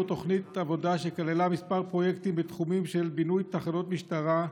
עבור תוכנית עבודה שכללה כמה פרויקטים בתחומים של בינוי תחנות משטרה,